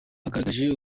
bagaragaje